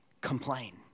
complain